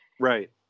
Right